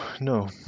No